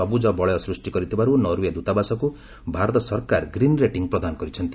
ସବୁଜ ବଳୟ ସୃଷ୍ଟି କରିଥିବାରୁ ନରୱେ ଦୂତାବାସକୁ ଭାରତ ସରକାର ଗ୍ରୀନ୍ ରେଟିଂ ପ୍ରଦାନ କରିଛନ୍ତି